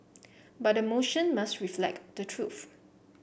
but the motion must reflect the truth